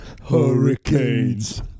Hurricanes